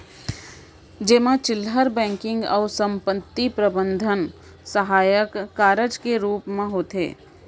जेमा चिल्लहर बेंकिंग अउ संपत्ति प्रबंधन सहायक कारज के रूप म होथे